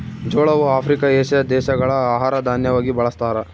ಜೋಳವು Africa, Asia ದೇಶಗಳ ಆಹಾರ ದಾನ್ಯವಾಗಿ ಬಳಸ್ತಾರ